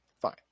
fine